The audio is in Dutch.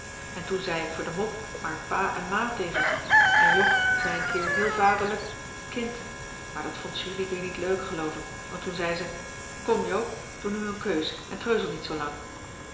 en toen zei ik voor de mop maar pa en ma tegen ze en jog zei een keer heel vaderlijk kind maar dat vond julie weer niet leuk geloof ik want toen zei ze kom joop doe nu een keus en treuzel niet zoo lang